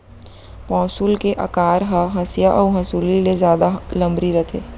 पौंसुल के अकार ह हँसिया अउ हँसुली ले जादा लमरी रथे